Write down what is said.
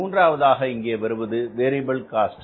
மூன்றாவதாக இங்கே வருவது வேரியபில் காஸ்ட்